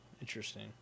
interesting